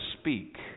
speak